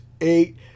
eight